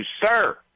sir